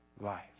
life